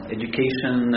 education